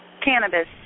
cannabis